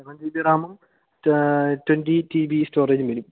seven G B റാമും twenty T B സ്റ്റോറേജും വരും